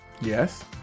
Yes